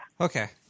Okay